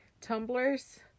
tumblers